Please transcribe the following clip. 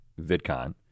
VidCon